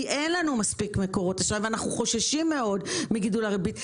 כי אין לנו מספיק מקורות אשראי ואנחנו חוששים מאוד מגידול הריבית,